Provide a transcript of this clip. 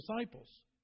disciples